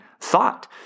thought